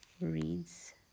reads